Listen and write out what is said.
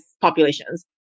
populations